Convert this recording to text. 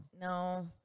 No